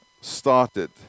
started